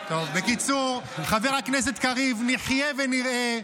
בקיצור, חבר הכנסת קריב, נחיה ונראה.